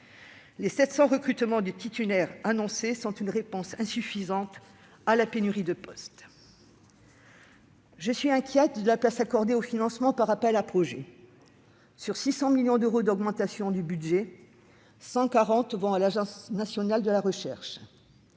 Les 700 recrutements de titulaires annoncés sont une réponse insuffisante à la pénurie de postes. Je suis inquiète de la place accordée aux financements par appels à projets. Sur 600 millions d'euros d'augmentation du budget, 140 millions vont à l'Agence nationale de la recherche.